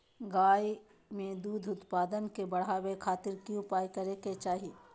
गाय में दूध उत्पादन के बढ़ावे खातिर की उपाय करें कि चाही?